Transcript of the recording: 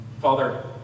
Father